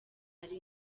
ari